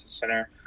center